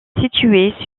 située